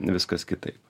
viskas kitaip